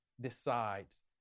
decides